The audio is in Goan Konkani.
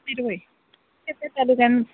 शिरवय केंपे तालुकांत